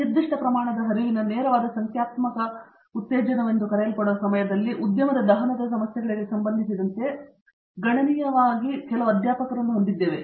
ನಿರ್ದಿಷ್ಟ ಪ್ರಮಾಣದ ಹರಿವಿನ ನೇರವಾದ ಸಂಖ್ಯಾತ್ಮಕ ಉತ್ತೇಜನವೆಂದು ಕರೆಯಲ್ಪಡುವ ಸಮಯದಲ್ಲಿ ಉದ್ಯಮದ ದಹನದ ಸಮಸ್ಯೆಗಳಿಗೆ ಸಂಬಂಧಿಸಿದಂತೆ ನಾವು ಗಣನೀಯವಾಗಿ ಅಧ್ಯಾಪಕರಾಗಿದ್ದೇವೆ